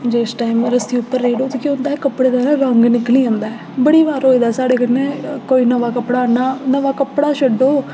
जिस टाइम रस्सी उप्पर रेड़ो उसी केह् होंदा ऐ कपड़े दा ना रंग निकली जंदा ऐ बड़ी बार होए दा साढ़ै कन्नै कोई नमां कपड़े आह्न्ने दा नमां कपड़ा छड्डो